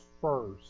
first